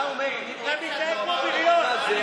אתה מתנהג בבריונות.